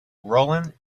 roland